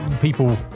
people